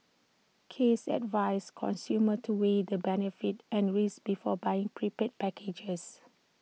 case advised consumers to weigh the benefits and risks before buying prepaid packages